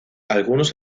algunos